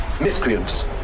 miscreants